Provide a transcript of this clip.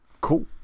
Cool